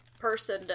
person